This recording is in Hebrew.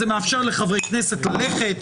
זה מאפשר לחברי כנסת ללכת,